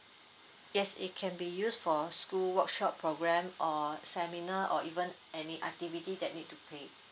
yes it can be used for school workshop program or seminar or even any activity that need to pay